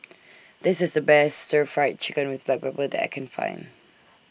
This IS The Best Stir Fried Chicken with Black Pepper that I Can Find